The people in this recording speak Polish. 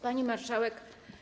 Pani Marszałek!